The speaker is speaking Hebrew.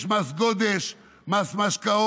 יש מס גודש, מס משקאות,